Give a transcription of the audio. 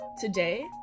Today